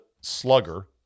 slugger